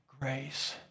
grace